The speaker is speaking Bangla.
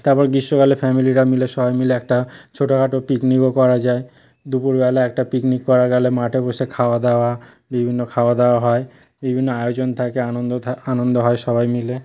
তারপর গীষ্মকালে ফ্যামিলিরা মিলে সবাই মিলে একটা ছোটো খাটো পিকনিকও করা যায় দুপুর বেলা একটা পিকনিক করা গেলে মাঠে বসে খাওয়া দাওয়া বিভিন্ন খাওয়া দাওয়া হয় বিভিন্ন আয়োজন থাকে আনন্দ থাকে আনন্দ হয় সবাই মিলে